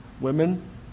Women